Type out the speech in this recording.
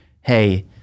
hey